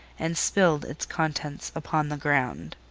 and spilled its contents upon the ground.